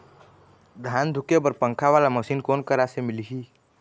धान धुके बर पंखा वाला मशीन कोन करा से मिलही?